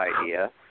idea